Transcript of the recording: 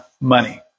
money